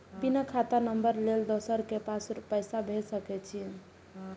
बिना खाता नंबर लेल दोसर के पास पैसा भेज सके छीए?